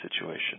situation